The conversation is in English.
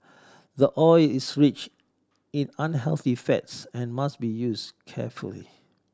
the oil is rich in unhealthy fats and must be used carefully